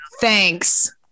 thanks